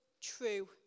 true